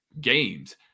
games